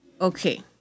okay